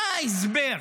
מה ההסבר?